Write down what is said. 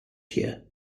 here